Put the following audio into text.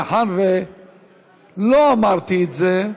מאחר שלא אמרתי את זה,